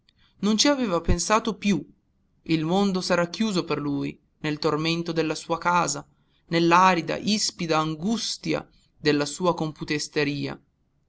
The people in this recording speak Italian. non ci aveva pensato più il mondo s'era chiuso per lui nel tormento della sua casa nell'arida ispida angustia della sua